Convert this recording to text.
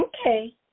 Okay